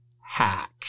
hack